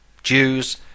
jews